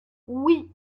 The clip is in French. oui